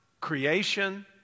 creation